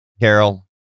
Carol